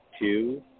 two